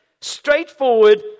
straightforward